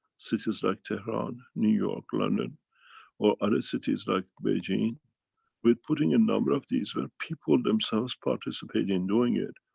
cities like tehran, new york, london or other ah cities like beijing with putting a number of these where people themselves participate in doing it,